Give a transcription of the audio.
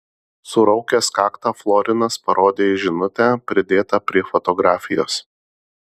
suraukęs kaktą florinas parodė į žinutę pridėtą prie fotografijos